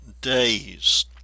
days